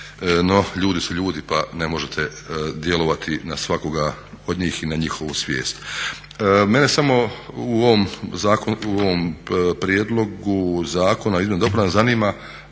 no ljudi su ljudi pa ne možete djelovati na svakoga od njih i na njihovu svijest. Mene samo u ovom prijedlogu zakona o izmjenama i dopunama zanima